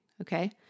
okay